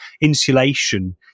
insulation